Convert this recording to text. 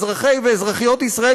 אזרחי ואזרחיות ישראל,